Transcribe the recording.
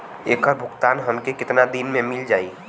ऐकर भुगतान हमके कितना दिन में मील जाई?